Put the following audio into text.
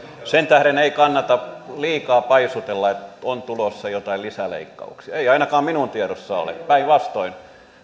sen tähden ei kannata liikaa paisutella että on tulossa joitain lisäleikkauksia ei ainakaan minun tiedossani ole päinvastoin